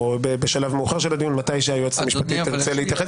בשלב מאוחר של הדיון מתי שהיועצת המשפטית תרצה להתייחס